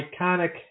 iconic